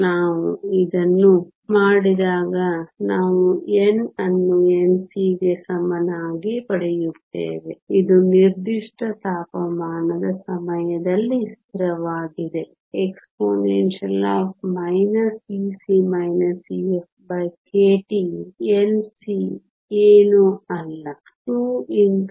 ನಾವು ಇದನ್ನು ಮಾಡಿದಾಗ ನಾವು N ಅನ್ನು Nc ಗೆ ಸಮನಾಗಿ ಪಡೆಯುತ್ತೇವೆ ಇದು ನಿರ್ದಿಷ್ಟ ತಾಪಮಾನದ ಸಮಯದಲ್ಲಿ ಸ್ಥಿರವಾಗಿದೆ expkT Nc ಏನೂ ಅಲ್ಲ 22meikTh232